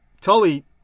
Tully